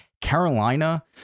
Carolina